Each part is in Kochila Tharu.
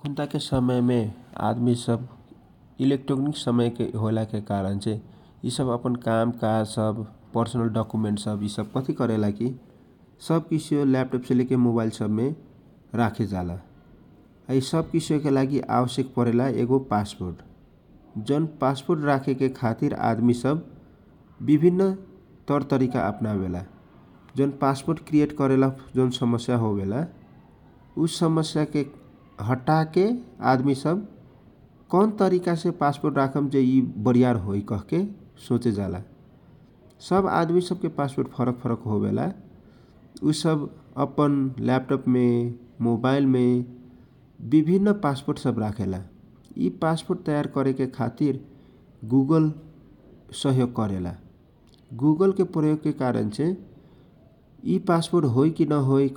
अखुनता के समय मे आदमी सब इलेक्ट्रेनिकस समय होयला के कारणसे यि सब अपन कामकाज सब पर्सनल डकुमेन्ट सब यि सब क थी करेला की सब किसो ल्यापटप से लेकर मोबाइल मे राखे जाला सब किसो के लागी आवश्यक परेला पासपोट जौन पासपोर्ट राखे के खातिर आदमी सब विभिन तौर तरिका अपनावेला कौन तरिका से पासपोर्ट राख्ला से वरियार होइ कहके राखेला । सब जाना आदमी सबके फरफरक पासपोर्ट होवेला मि गुगल सहयोग करेला एकरा हमर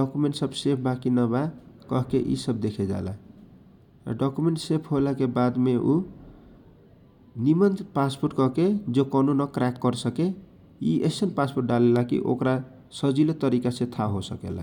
डकुमेन्ट सब सेफ बाकी न देखेजाला आ डकुमेनट सेफ होयला के कारणा छेउ सजीले पासपोर्ट राखेजाला की अपना याद हो सकेला ।